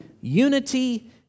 Unity